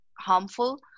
harmful